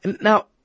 Now